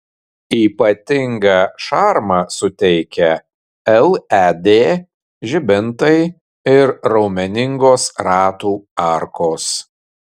ypatingą šarmą suteikia led žibintai ir raumeningos ratų arkos